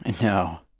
no